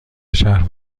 شهر